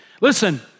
Listen